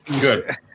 good